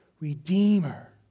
redeemer